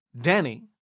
Danny